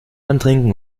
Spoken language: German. antrinken